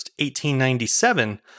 1897